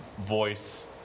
voice